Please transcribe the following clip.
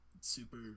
Super